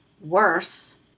worse